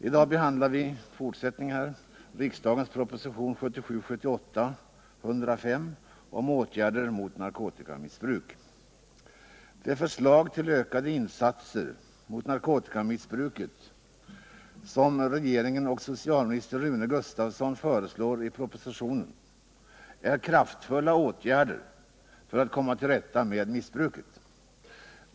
I dag fortsätter vi behandlingen av propositionen 1977/78:105 om åtgärder mot narkotikamissbruk. De förslag till ökade insatser mot narkotikamissbruket som regeringen och socialminister Rune Gustavsson föreslår i propositionen innebär kraftfulla åtgärder för att komma till rätta med missbruket.